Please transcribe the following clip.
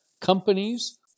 companies